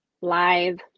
live